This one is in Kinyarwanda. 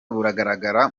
bugaragara